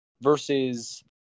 Versus